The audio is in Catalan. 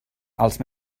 els